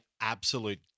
absolute